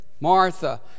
Martha